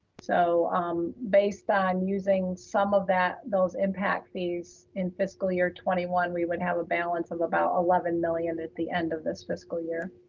so based on using some of those impact fees in fiscal year twenty one, we would have a balance of about eleven million at the end of this fiscal year.